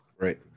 Right